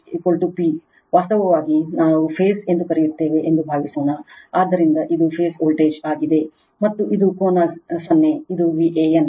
p ವಾಸ್ತವವಾಗಿ ನಾವು phase ಎಂದು ಕರೆಯುತ್ತೇವೆ ಎಂದು ಭಾವಿಸೋಣ ಆದ್ದರಿಂದ ಇದು ಫೇಸ್ ವೋಲ್ಟೇಜ್ ಆಗಿದೆ ಮತ್ತು ಇದು ಕೋನ 0 ಇದು Van